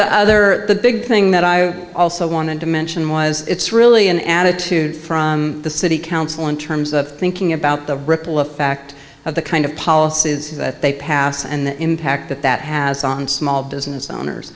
the other the big thing that i also wanted to mention was it's really an attitude from the city council in terms of thinking about the ripple effect of the kind of policies they pass and the impact that that has on small business owners